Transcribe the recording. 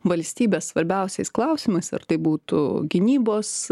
valstybės svarbiausiais klausimais ar tai būtų gynybos